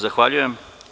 Zahvaljujem.